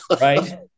right